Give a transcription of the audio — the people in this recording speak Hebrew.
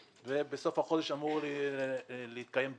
ובסוף החודש אמור להתקיים דיון.